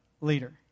leader